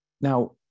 Now